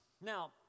Now